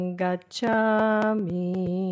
gachami